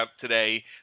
today